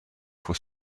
for